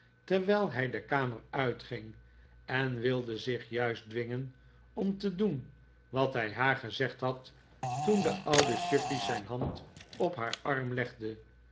terwijl hij de kamer uitging en wilde zich juist dwingen om te doen wat hij haar gezegd had toen de oude chuffey zijn hand op haar arm legde